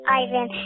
ivan